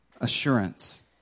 assurance